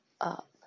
up